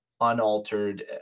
unaltered